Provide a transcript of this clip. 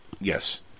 Yes